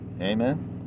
Amen